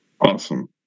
Awesome